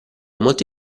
molto